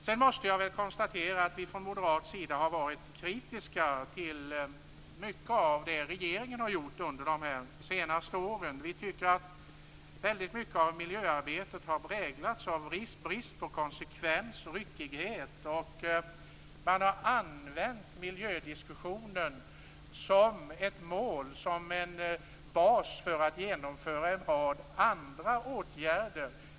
Sedan måste jag väl konstatera att vi från moderat sida har varit kritiska till mycket av det som regeringen har gjort under de senaste åren. Vi tycker att väldigt mycket av miljöarbetet har präglats av brist på konsekvens och av ryckighet. Man har använt miljödiskussionen som ett mål, en bas, för att genomföra en rad andra åtgärder.